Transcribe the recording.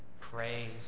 Praise